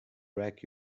wreck